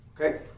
Okay